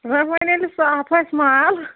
ییٚلہِ صاف آسہِ مال